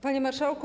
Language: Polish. Panie Marszałku!